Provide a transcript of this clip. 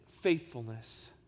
faithfulness